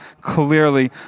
clearly